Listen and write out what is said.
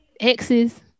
exes